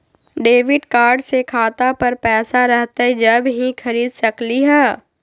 Debit card से खाता पर पैसा रहतई जब ही खरीद सकली ह?